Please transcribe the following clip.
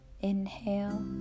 Inhale